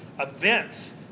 events